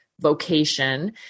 vocation